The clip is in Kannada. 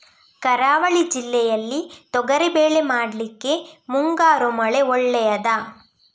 ಕರಾವಳಿ ಜಿಲ್ಲೆಯಲ್ಲಿ ತೊಗರಿಬೇಳೆ ಮಾಡ್ಲಿಕ್ಕೆ ಮುಂಗಾರು ಮಳೆ ಒಳ್ಳೆಯದ?